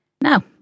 Now